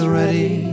ready